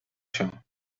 się